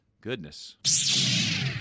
Goodness